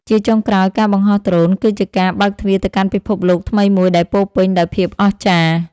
ជាចុងក្រោយ ការបង្ហោះដ្រូនគឺជាការបើកទ្វារទៅកាន់ពិភពលោកថ្មីមួយដែលពោរពេញដោយភាពអស្ចារ្យ។